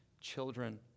children